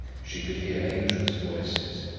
she could hear angels' voices,